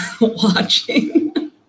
watching